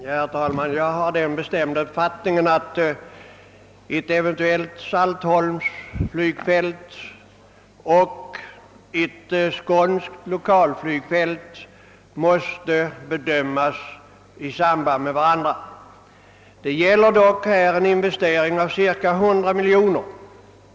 Herr talman! Jag har den bestämda uppfattningen att frågorna om ett eventuellt flygfält på Saltholm och ett skånskt lokalflygfält måste bedömas i samband med varandra. Det gäller dock en investering på cirka 100 miljoner kronor.